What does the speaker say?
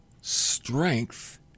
strength